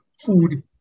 food